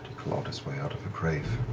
crawled his way out of a grave.